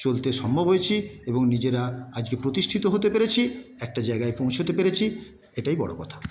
চলতে সম্ভব হয়েছি এবং নিজেরা আজকে প্রতিষ্ঠিত হতে পেরেছি একটা জায়গায় পৌছতে পেরেছি এটাই বড়ো কথা